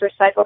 recycle